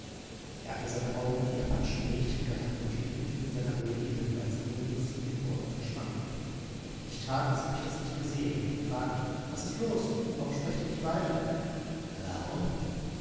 er hatte seine augen auf die apachen gerichtet gehabt und hielt mitten in seiner rede inne weil sie eben jetzt von ihren bäumen verschwanden ich tat als ob ich das nicht gesehen hätte und fragte was ist los warum sprecht ihr nicht weiter warum